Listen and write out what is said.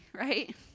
right